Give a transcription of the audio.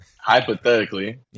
hypothetically